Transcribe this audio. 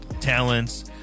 talents